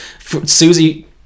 Susie